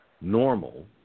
normal